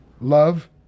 love